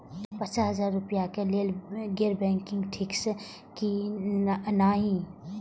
पचास हजार रुपए के लेल गैर बैंकिंग ठिक छै कि नहिं?